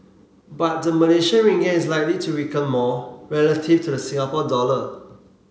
but the Malaysian Ringgit is likely to weaken more relative to the Singapore dollar